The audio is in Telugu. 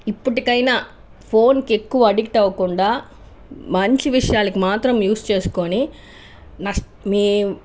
ఇప్పటికైనా ఫోన్కి ఎక్కువ ఆడిక్ట్ అవ్వకుండా మంచి విషయాలకు మాత్రమే యూస్ చేసుకొని నస్ట మీ